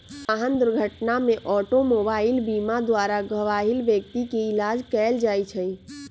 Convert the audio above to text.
वाहन दुर्घटना में ऑटोमोबाइल बीमा द्वारा घबाहिल व्यक्ति के इलाज कएल जाइ छइ